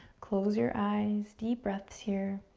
close your eyes, deep breaths here.